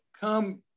come